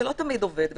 שלא תמיד עובד,